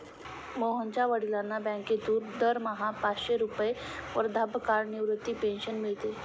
मोहनच्या वडिलांना बँकेतून दरमहा पाचशे रुपये वृद्धापकाळ निवृत्ती पेन्शन मिळते